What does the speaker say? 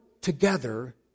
together